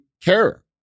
care